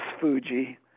Fuji